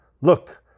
Look